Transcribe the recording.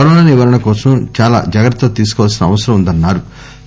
corona నవారణ కోసం చాలా జాగ్రత్తలు తీసుకోవాల్సిన అవసరం ఉందన్నారు